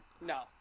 No